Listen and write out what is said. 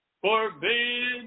forbid